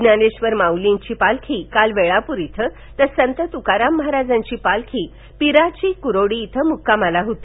ज्ञानेश्वर माउलींची पालखी काल वेळापूर इथे तर संत तुकाराम महाराजांची पालखी पिराची कुरोडी इथे मुक्कामाला होती